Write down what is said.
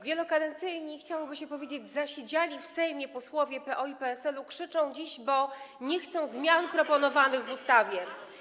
Wielokadencyjni - chciałoby się powiedzieć: zasiedziali w Sejmie - posłowie PO i PSL-u krzyczą dziś, [[Poruszenie na sali]] bo nie chcą zmian proponowanych w ustawie.